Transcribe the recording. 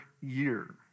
year